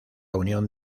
unión